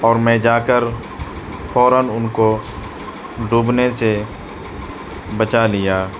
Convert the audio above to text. اور میں جا کر فوراََ ان کو ڈوبنے سے بچا لیا